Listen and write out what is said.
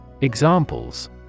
Examples